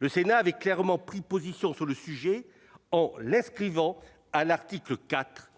Le Sénat avait clairement pris position sur le sujet, en l'inscrivant à l'article 4,